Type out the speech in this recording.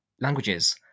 languages